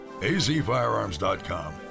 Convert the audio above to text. azfirearms.com